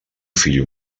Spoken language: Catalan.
fill